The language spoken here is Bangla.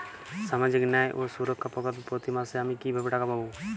সামাজিক ন্যায় ও সুরক্ষা প্রকল্পে প্রতি মাসে আমি কিভাবে টাকা পাবো?